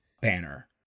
banner